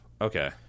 okay